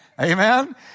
Amen